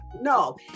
No